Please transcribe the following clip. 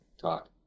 talk